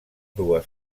dues